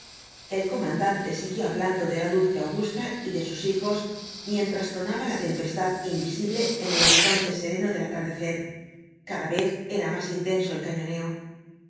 el comandante siguió hablando de la dulce augusta y de sus hijos mientras tronábala tempestad invisible en el horizonte sereno del atardecer cada vez era más intenso el cañoneo